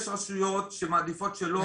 יש רשויות שמעדיפות שלא,